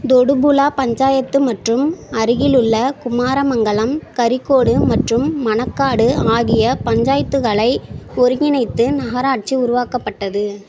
தொடுபுழா பஞ்சாயத்து மற்றும் அருகிலுள்ள குமாரமங்கலம் கரிகோடு மற்றும் மணக்காடு ஆகிய பஞ்சாயத்துகளை ஒருங்கிணைத்து நகராட்சி உருவாக்கப்பட்டது